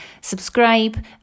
subscribe